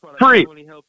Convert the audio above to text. free